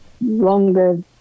longer